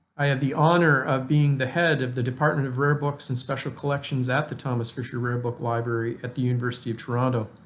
i have the honour of being the head of the department of rare books and special collections at the thomas fisher rare book library at the university of toronto.